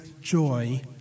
joy